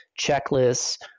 checklists